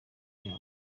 yabo